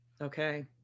Okay